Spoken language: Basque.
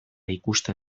ikusten